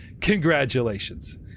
congratulations